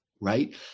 right